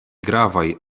gravaj